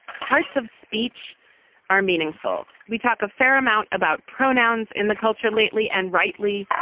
parts of speech are meaningful. we talk a fair amount about pronouns in the culture lately and rightly.